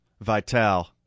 vital